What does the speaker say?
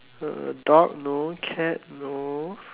uh dog no cat no